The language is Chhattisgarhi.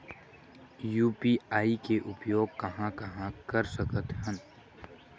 यू.पी.आई के उपयोग कहां कहा कर सकत हन?